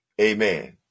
Amen